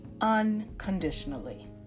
unconditionally